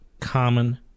common